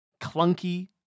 clunky